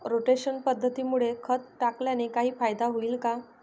Rotation पद्धतीमुळे खत टाकल्याने काही फायदा होईल का?